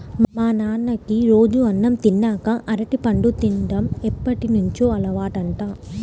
మా నాన్నకి రోజూ అన్నం తిన్నాక అరటిపండు తిన్డం ఎప్పటినుంచో అలవాటంట